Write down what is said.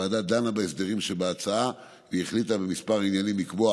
הוועדה דנה בהסדרים שבהצעה והחליטה בכמה עניינים לקבוע